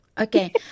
Okay